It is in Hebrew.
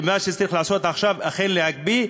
מה שצריך לעשות עכשיו זה אכן להקפיא.